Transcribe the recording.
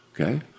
okay